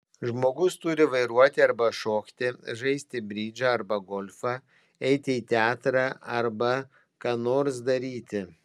žmogus turi vairuoti arba šokti žaisti bridžą arba golfą eiti į teatrą arba ką nors daryti